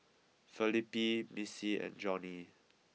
Felipe Missie and Johnnie